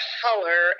color